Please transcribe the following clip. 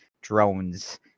drones